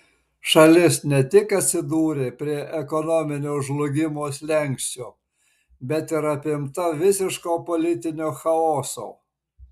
šalis ne tik atsidūrė prie ekonominio žlugimo slenksčio bet ir apimta visiško politinio chaoso